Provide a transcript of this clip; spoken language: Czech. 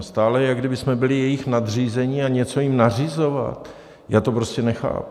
Stále jak kdybychom byli jejich nadřízení, a něco jim nařizovat, já to prostě nechápu.